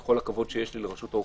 עם כל הכבוד שיש לי לרשות האוכלוסין,